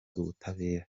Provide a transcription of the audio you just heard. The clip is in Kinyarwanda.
ubutabera